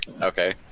Okay